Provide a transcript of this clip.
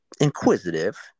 inquisitive